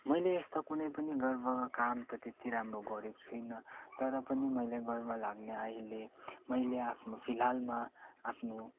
मैले यस्तो कुनै पनि गर्वको काम त त्यति राम्रो गरेको छुइनँ तर पनि मैले गर्व लाग्ने अहिले मैले आफ्नो फिलहालमा आफ्नो